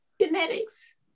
Genetics